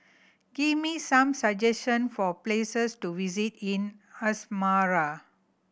give me some suggestion for places to visit in Asmara